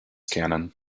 cannon